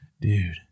Dude